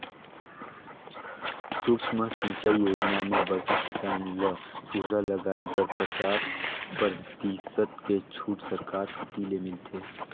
सुक्ष्म सिंचई योजना म बड़खा किसान ल फुहरा लगाए बर पचास परतिसत के छूट सरकार कति ले मिलथे